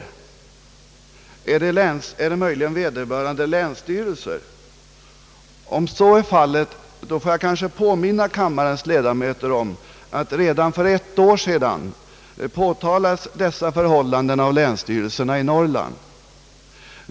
Är det möjligen vederbörande länsstyrelser? Om så är fallet, får jag kanske påminna kammarens ledamöter om att dessa förhållanden redan för ett år sedan påtalades av länsstyrelserna i Norrland.